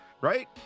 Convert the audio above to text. Right